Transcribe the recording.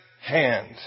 hand